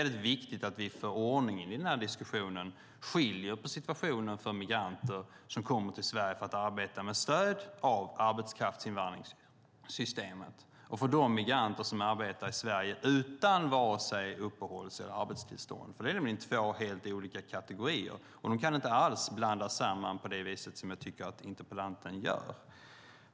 Det är viktigt att vi för ordningen i diskussionen skiljer på situationen för migranter som kommer till Sverige för att arbeta med stöd av arbetskraftsinvandringssystemet och de migranter som arbetar i Sverige utan vare sig uppehålls eller arbetstillstånd. Det är två helt olika kategorier. De kan inte blandas samman på det sätt som jag tycker att interpellanten gör.